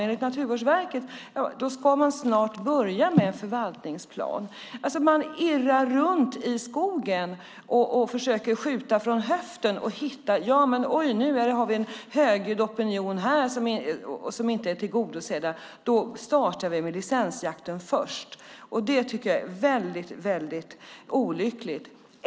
Enligt Naturvårdsverket ska en förvaltningsplan snart påbörjas. Man irrar alltså runt i skogen och försöker skjuta från höften. Man säger: Nu har vi en högljudd opinion här som inte är tillgodosedd, och då startar vi med licensjakten först. Det tycker jag är olyckligt.